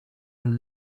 and